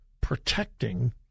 protecting